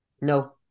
no